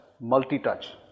multi-touch